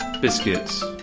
biscuits